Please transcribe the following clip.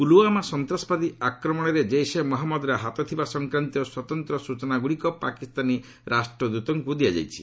ପୁଲ୍ୱାମା ସନ୍ତାସବାଦୀ ଆକ୍ରମଣରେ ଜେସେ ମହଞ୍ଜଦର ହାତ ଥିବା ସଂକ୍ରାନ୍ତୀୟ ସ୍ୱତନ୍ତ୍ର ସ୍ୱଚନାଗ୍ରଡ଼ିକ ପାକିସ୍ତାନୀ ରାଷ୍ଟ୍ରଦତ୍କ ୍ ଦିଆଯାଇଛି